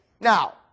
Now